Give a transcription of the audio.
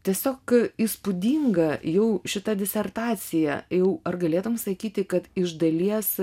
tiesiog įspūdinga jau šita disertacija jau ar galėtum sakyti kad iš dalies